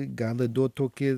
gali duot tokį